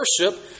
worship